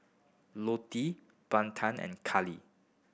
Lottie Bethel and Kallie